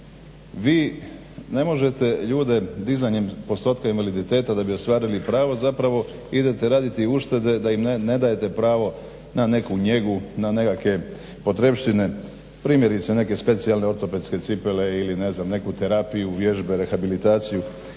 vi ne možete ljude dizanjem postotka invaliditeta da bi ostvarili pravo zapravo idete raditi uštede da im ne dajete pravo na neku njegu, na nekakve potrepštine. Primjerice neke specijalne ortopedske cipele ili ne znam neku terapiju, vježbe, rehabilitaciju